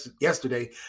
yesterday